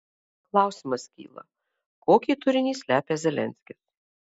klausimas kyla kokį turinį slepia zelenskis